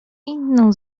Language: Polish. inną